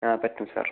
ആ പറ്റും സർ